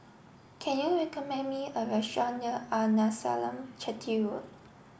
can you recommend me a restaurant near Arnasalam Chetty Road